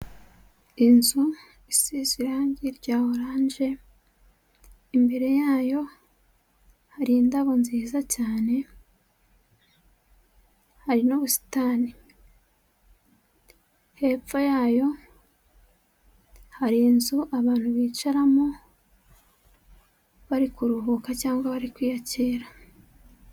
Inzu isize irangi rya oranje imbere yayo hari indabo nziza cyane, hari n'ubusitani, hepfo yayo hari inzu abantu bicaramo bari kuruhuka cyangwa bari kwiyakira.